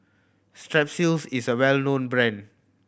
Strepsils is a well known brand